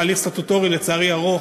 תהליך סטטוטורי ארוך,